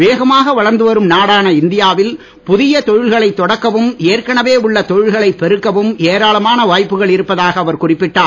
வேகமாக வளர்ந்து வரும் நாடான இந்தியா வில் புதிய தொழில்களைத் தொடக்கவும் ஏற்கனவே உள்ள தொழில்களைப் பெருக்கவும் ஏராளமான வாய்ப்புகள் இருப்பதாக அவர் குறிப்பிட்டார்